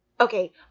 okay